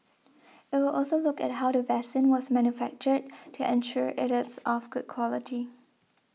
it will also look at how the vaccine was manufactured to ensure it is of good quality